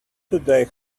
today